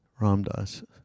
Ramdas